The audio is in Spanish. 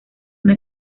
una